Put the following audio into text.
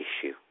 issue